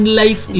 life